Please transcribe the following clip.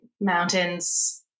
mountains